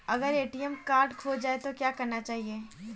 अगर ATM card खो जाए तो क्या करना चाहिए?